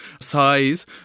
size